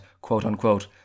quote-unquote